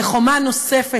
כחומה נוספת,